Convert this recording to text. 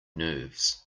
nerves